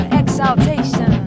exaltation